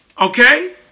okay